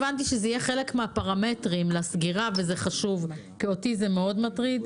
הבנתי שזה יהיה חלק מהפרמטרים לסגירה וזה חשוב כי אותי זה מאוד מטריד.